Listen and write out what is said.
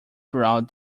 throughout